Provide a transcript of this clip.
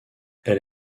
elle